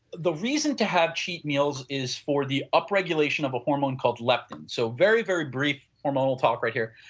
the reason to have cheat meals is for the up regulation of a hormone called leptin so, very, very briefly hormonal talk right here.